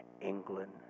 England